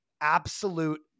absolute